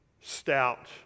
stout